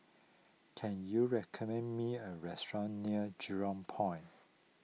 can you recommend me a restaurant near Jurong Point